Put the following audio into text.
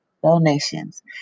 donations